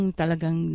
talagang